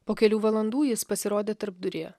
po kelių valandų jis pasirodė tarpduryje